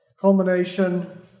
culmination